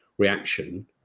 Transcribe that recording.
reaction